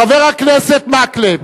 חבר הכנסת מקלב.